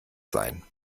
sein